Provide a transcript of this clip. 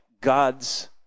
God's